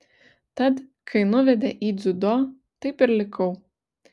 tad kai nuvedė į dziudo taip ir likau